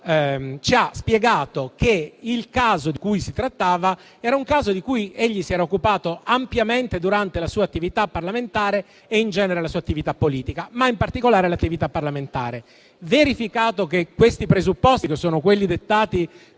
ci ha spiegato che quello di cui si trattava era un caso di cui egli si era occupato ampiamente durante la sua attività parlamentare e in generale politica (ma in particolare in quella parlamentare). Verificato che questi presupposti, che sono quelli dettati